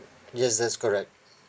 yes that's correct